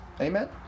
Amen